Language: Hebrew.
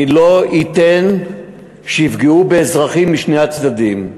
אני לא אתן שיפגעו באזרחים משני הצדדים.